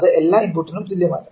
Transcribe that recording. അത് എല്ലാ ഇൻപുട്ടിനും തുല്യമല്ല